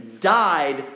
died